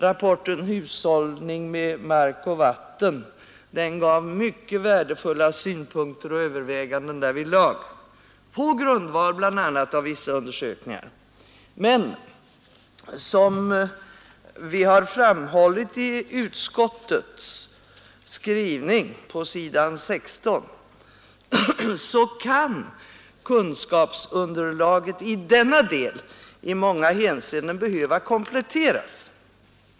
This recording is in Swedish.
Rapporten Hushållning med mark och vatten gav värdefulla synpunkter och överväganden därvidlag på grundval av bl.a. vissa undersökningar. Men som vi har framhållit på s. 16 i civilutskottets betänkande kan kunskapsunderlaget i denna del i många hänseenden behöva kompletteras.